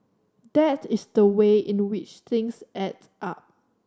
that is the way in which things add up